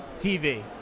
TV